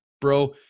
bro